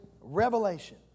revelation